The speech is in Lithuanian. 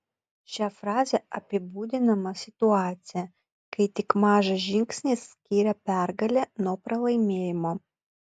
šia fraze apibūdinama situacija kai tik mažas žingsnis skiria pergalę nuo pralaimėjimo